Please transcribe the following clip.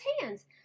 hands